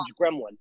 gremlin